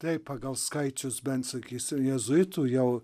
taip pagal skaičius bent sakysi jėzuitų jau